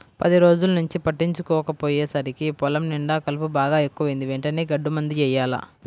పది రోజుల్నుంచి పట్టించుకోకపొయ్యేసరికి పొలం నిండా కలుపు బాగా ఎక్కువైంది, వెంటనే గడ్డి మందు యెయ్యాల